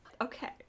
Okay